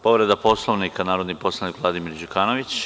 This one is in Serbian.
Povreda Poslovnika, narodni poslanik Vladimir Đukanović.